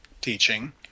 teaching